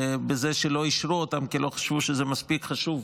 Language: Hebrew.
ולא אישרו אותן כי לא חשבו שזה מספיק חשוב,